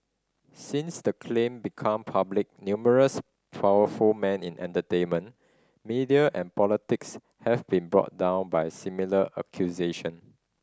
since the claim become public numerous powerful men in entertainment media and politics have been brought down by similar accusation